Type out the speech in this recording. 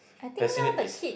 passionate is